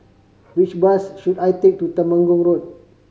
which bus should I take to Temenggong Road